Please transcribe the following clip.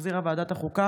שהחזירה ועדת החוקה,